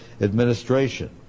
administration